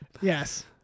Yes